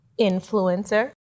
influencer